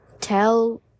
tell